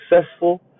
successful